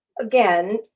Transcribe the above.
Again